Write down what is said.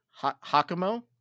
Hakamo